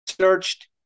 searched